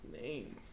name